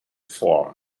form